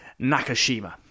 Nakashima